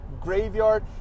graveyard